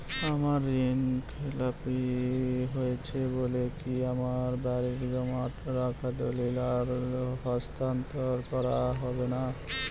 আমার ঋণ খেলাপি হয়েছে বলে কি আমার বাড়ির জমা রাখা দলিল আর হস্তান্তর করা হবে না?